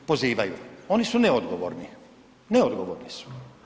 Da, pozivaju, oni su neodgovorni, neodgovorni su.